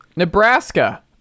nebraska